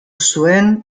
zuen